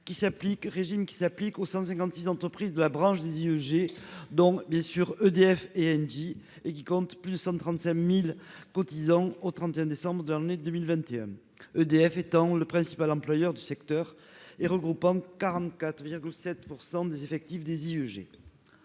qui s'applique aux 156 entreprises de la branche des IEG, dont EDF et Engie, et qui compte plus de 135 000 cotisants au 31 décembre 2021. EDF est le principal employeur du secteur, avec 44,7 % des effectifs des IEG.